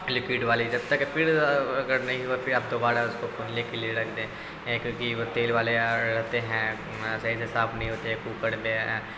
liquid والی جب تک پھر اگر نہیں ہوا پھر آپ دوبارہ اس کو پھولنے کے لیے رکھ دیں کیونکہ وہ تیل والے رہتے ہیں صحیح سے صاف نہیں ہوتے کوکر میں